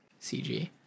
CG